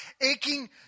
aching